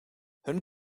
hun